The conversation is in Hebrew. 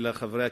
ולחברי הכנסת,